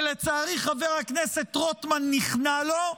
ולצערי, חבר הכנסת רוטמן נכנע לו,